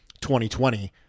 2020